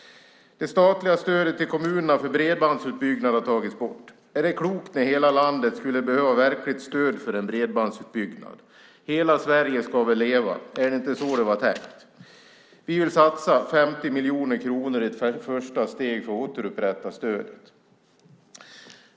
Det statliga stödet till kommunerna för bredbandsutbyggnad har tagits bort. Är det klokt när hela landet skulle behöva verkligt stöd för en bredbandsutbyggnad? Hela Sverige ska väl leva? Är det inte så det var tänkt? Vi vill satsa 50 miljoner kronor i ett första steg för att återupprätta stödet.